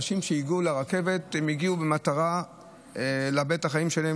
האנשים שהגיעו לרכבת הגיעו במטרה לאבד את החיים שלהם,